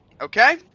Okay